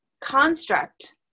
construct